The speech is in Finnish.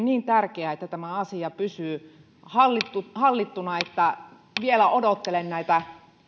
niin tärkeää että tämä asia pysyy hallittuna että vielä odottelen näitä